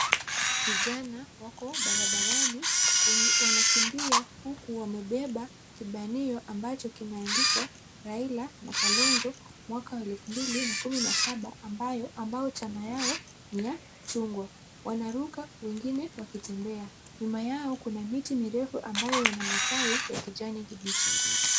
Vijana wako barabarani. Wanakimbia huku wamebeba kibanio ambacho kimeandikwa Raila na Kalonzo, mwaka wa elfu mbili na kumi na saba ambayo, ambao chama yao ni ya chungwa. Wanaruka wengine wakitembea. Nyuma yao kuna miti mirefu ambayo yana matawi ya kijani kibichi.